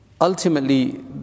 ultimately